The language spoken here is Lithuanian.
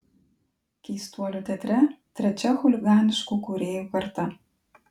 keistuolių teatre trečia chuliganiškų kūrėjų karta